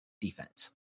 defense